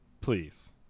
Please